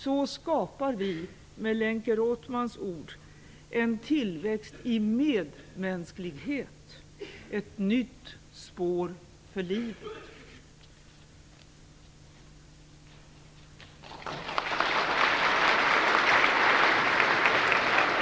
Så skapar vi med Lenke Rothmans ord "en tillväxt i medmänsklighet, ett nytt spår för livet".